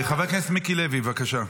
חבר הכנסת מיקי לוי, בבקשה.